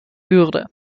würde